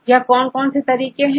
यह कौन कौन से तरीके हैं